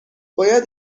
باید